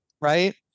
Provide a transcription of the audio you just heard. right